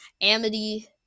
Amity